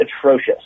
atrocious